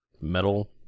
metal